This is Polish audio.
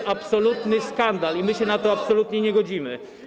To jest absolutny skandal i my się na to absolutnie nie godzimy.